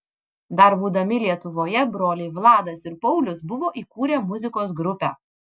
dar būdami lietuvoje broliai vladas ir paulius buvo įkūrę muzikos grupę